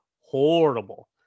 horrible